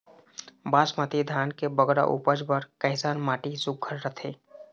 बासमती धान के बगरा उपज बर कैसन माटी सुघ्घर रथे?